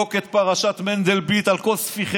מלבדוק את פרשת מנדלבליט על כל ספיחיה,